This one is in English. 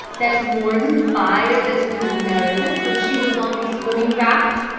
that mordon fired at mrs. meredith when she was on the swimming raft?